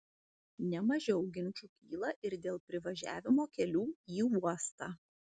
ne mažiau ginčų kyla ir dėl privažiavimo kelių į uostą